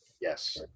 Yes